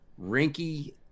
Rinky